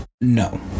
No